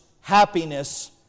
happiness